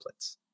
templates